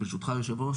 ברשותך היושב-ראש,